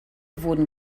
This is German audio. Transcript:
wurden